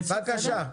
בבקשה.